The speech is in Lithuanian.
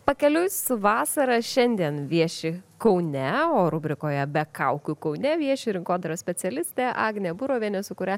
pakeliui su vasara šiandien vieši kaune o rubrikoje be kaukių kaune vieši rinkodaros specialistė agnė burovienė su kuria